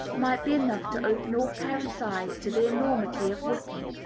might be enough to open all parents' eyes to the enormity of whipping.